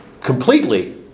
completely